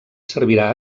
servirà